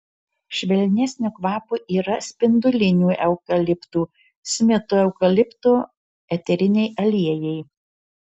švelnesnio kvapo yra spindulinių eukaliptų smito eukalipto eteriniai aliejai